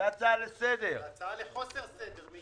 זה הצעה לחוסר סדר...